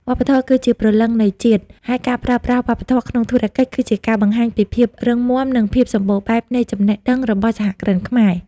វប្បធម៌គឺជាព្រលឹងនៃជាតិ ហើយការប្រើប្រាស់វប្បធម៌ក្នុងធុរកិច្ចគឺជាការបង្ហាញពីភាពរឹងមាំ និងភាពសម្បូរបែបនៃចំណេះដឹងរបស់សហគ្រិនខ្មែរ។